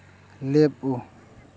ꯂꯦꯞꯄꯨ